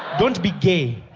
don't be gay.